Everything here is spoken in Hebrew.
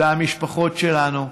זה המשפחות שלנו,